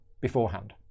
beforehand